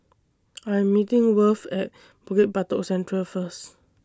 I Am meeting Worth At Bukit Batok Central First